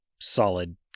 solid